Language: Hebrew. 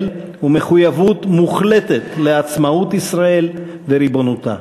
ומחויבות מוחלטת לעצמאות ישראל וריבונותה.